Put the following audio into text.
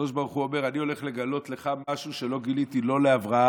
הקדוש ברוך הוא אומר: אני הולך לגלות לך משהו שלא גיליתי לא לאברהם,